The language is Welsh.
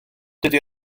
dydy